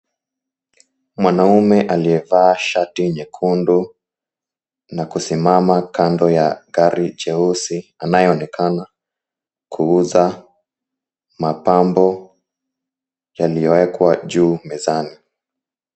Mwanaume aliyevaa shati nyekundu na kusimama kando ya gari jeusi anayeonekana kuuza mapambo yaliyoekwa juu mezani.